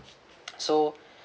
so